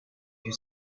you